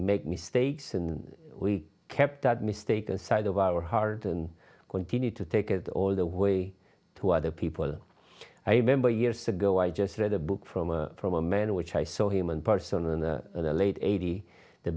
make mistakes and we kept that mistake inside of our heart and continued to take it all the way to other people i remember years ago i just read a book from a from a man which i saw him and person and the late eighty the